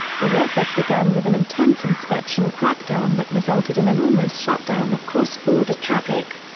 the effort began with an intense inspection crackdown that resulted in an almost shutdown of cross-border traffic.